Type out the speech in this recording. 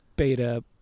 Beta